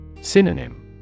Synonym